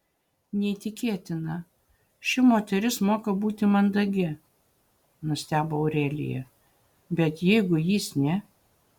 neįtikėtina ši moteris moka būti mandagi nustebo aurelija bet jeigu jis ne